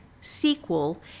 sequel